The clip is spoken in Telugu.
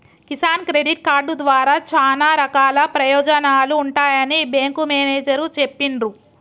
కిసాన్ క్రెడిట్ కార్డు ద్వారా చానా రకాల ప్రయోజనాలు ఉంటాయని బేంకు మేనేజరు చెప్పిన్రు